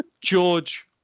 George